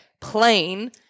Plain